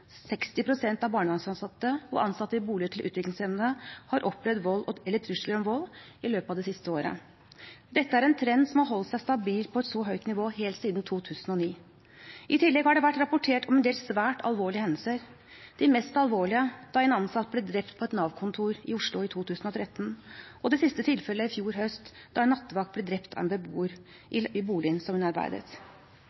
av barnevernsansatte og ansatte i boliger for utviklingshemmede har opplevd vold eller trusler om vold i løpet av det siste året. Dette er en trend som har holdt seg stabilt på et så høyt nivå helt siden 2009. I tillegg har det vært rapportert om en del svært alvorlige hendelser. De mest alvorlige: da en ansatt ble drept på et Nav-kontor i Oslo i 2013, og det siste tilfellet i fjor høst da en nattevakt ble drept av en beboer i boligen hun arbeidet i.